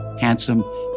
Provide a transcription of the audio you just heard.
handsome